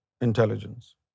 intelligence